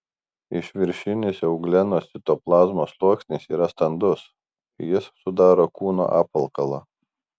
išviršinis euglenos citoplazmos sluoksnis yra standus jis sudaro kūno apvalkalą